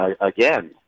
again